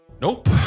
Nope